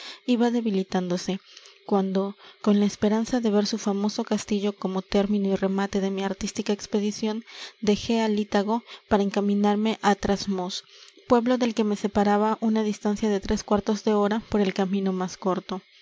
iba debilitándose cuando con la esperanza de ver su famoso castillo como término y remate de mi artística expedición dejé á litago para encaminarme á trasmoz pueblo del que me separaba una distancia de tres cuartos de hora por el camino más corto